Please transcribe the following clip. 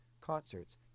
concerts